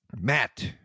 Matt